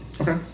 Okay